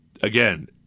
Again